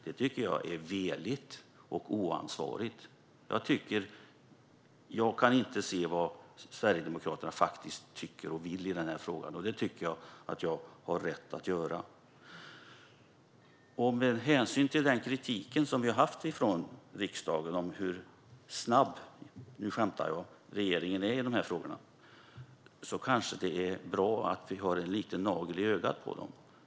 Det är veligt och oansvarigt. Jag kan inte se vad Sverigedemokraterna tycker och vill i frågan. Men det tycker jag att jag har rätt att kunna göra. Med hänsyn till riksdagens kritik när det gäller hur snabb - nu skämtar jag - regeringen är i de här frågorna är det kanske bra att vi kan vara en liten nagel i ögat på dem.